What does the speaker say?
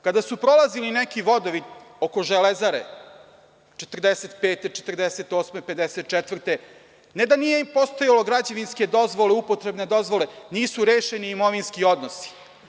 Kada su prolazili neki vodovi oko Železare 1945, 1948. i 1954. godine, ne da nije postojalo građevinske upotrebne dozvole, nisu rešeni imovinski odnosi.